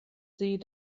sie